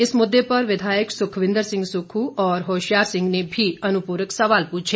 इस मुद्दे पर विधायक सुखविंदर सिंह सुक्खू और होशियार सिंह ने भी अनुपूरक सवाल पूछे